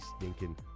stinking